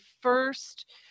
first